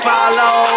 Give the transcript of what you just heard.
Follow